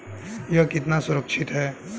यह कितना सुरक्षित है?